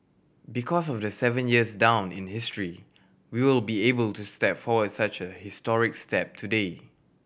because of the seven years down in history we will be able to step forward such a historic step today